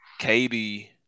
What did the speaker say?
KB